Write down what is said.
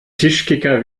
tischkicker